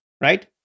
right